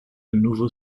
nouveau